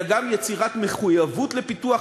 אלא גם על-ידי יצירת מחויבות לפיתוח,